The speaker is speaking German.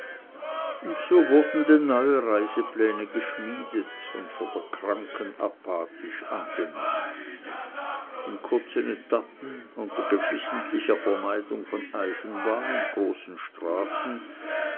und so wurden denn neue reisepläne geschmiedet und von der kranken apathisch angenommen in kurzen etappen unter geflissentlicher vermeidung von eisenbahn und großen straßen